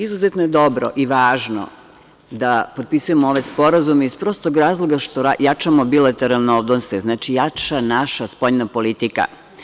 Izuzetno je dobro i važno da potpisujemo ove sporazume iz prostog razloga što jačamo bilateralne odnose, znači jača naša spoljna politika.